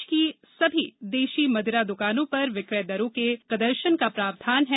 प्रदेश की सभी देशी मदिरा दकानों पर विक्रय दरों के प्रदर्शन का प्रावधान है